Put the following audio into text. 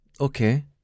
Okay